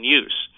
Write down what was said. use